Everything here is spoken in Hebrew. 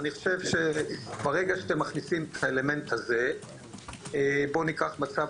אני חושב שברגע שאתם מכניסים את האלמנט הזה בוא ניקח מצב